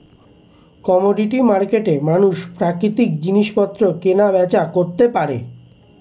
commodity মার্কেটে মানুষ প্রাকৃতিক জিনিসপত্র কেনা বেচা করতে পারে